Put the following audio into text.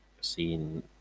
seen